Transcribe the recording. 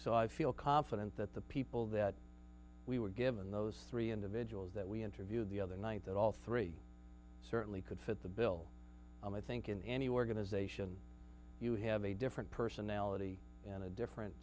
so i feel confident that the people that we were given those three individuals that we interviewed the other night that all three certainly could fit the bill and i think in any organization you have a different personality and a different